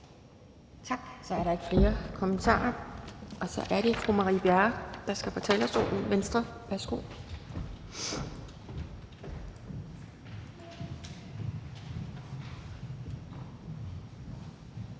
Tak. Så er der ikke flere kommentarer, og så er det fru Marie Bjerre, Venstre, der skal på talerstolen. Værsgo.